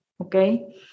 okay